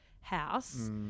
house